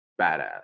Badass